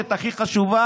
התחמושת הכי חשובה,